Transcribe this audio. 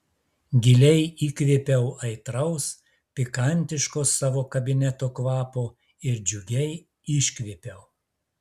giliai įkvėpiau aitraus pikantiško savo kabineto kvapo ir džiugiai iškvėpiau